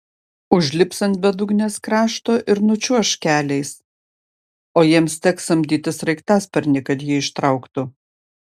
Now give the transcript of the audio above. užlips ant bedugnės krašto ir nučiuoš keliais o jiems teks samdyti sraigtasparnį kad jį ištrauktų